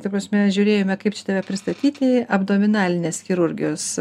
ta prasme žiūrėjome kaip čia tave nepristatyti abdominalinės chirurgijos